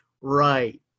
right